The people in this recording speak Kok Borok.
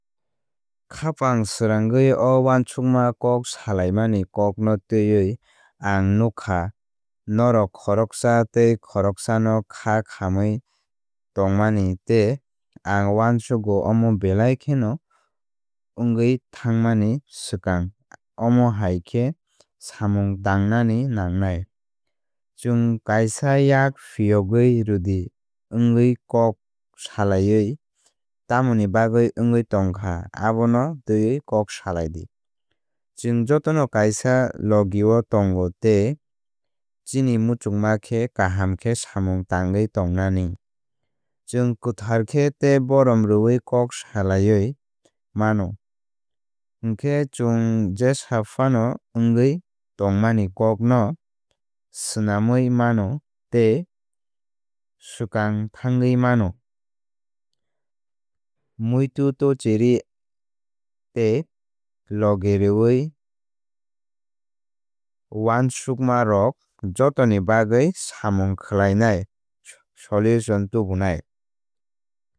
Khapang srangwi o uansukma kok salaimani kokno twiwi ang nukkha norok khoroksa tei khoroksano khá khamwi tongmanitei ang uansugo omo belai kheno wngwi thangmani swkang omo hai khe samung tangnani nangnai. Chwng kaisa yak phiyogwi rwdi wngwi kok salaiwi tamoni bagwi wngwi tongkha abono twiwi kok salai di. Chwng jotono kaisa logi o tongo tei chini muchungma khe kaham khe samung tangwi tongnani. Chwng kwthar khe tei borom rwwi kok salaiwi mano hwnkhe chwng jesa phano wngwi tongmani kokno swnamwi mano tei swkang thangwi mano. Muito tochire and logireoui uansukmarok jotoni bagwi samung khlainai solution tubunai.